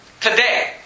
today